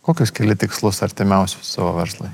kokius keli tikslus artimiausius savo verslui